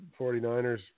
49ers